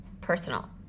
Personal